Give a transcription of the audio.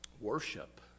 worship